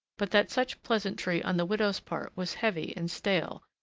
but that such pleasantry on the widow's part was heavy and stale,